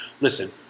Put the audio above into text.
Listen